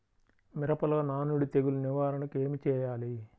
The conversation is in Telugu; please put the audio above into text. మిరపలో నానుడి తెగులు నివారణకు ఏమి చేయాలి?